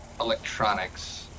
electronics